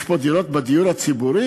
יש פה דירות של דיור ציבורי?